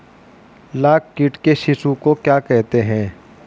लाख कीट के शिशु को क्या कहते हैं?